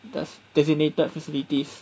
there's designated facilities